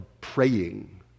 praying